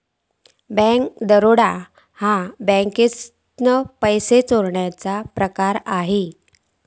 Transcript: bank दरोडा ह्या बँकेतसून पैसो चोरण्याचो प्रकार असा